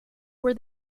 where